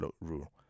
rule